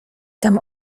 tam